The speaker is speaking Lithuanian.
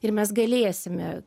ir mes galėsime